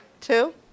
Two